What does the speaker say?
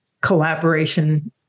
collaboration